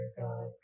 God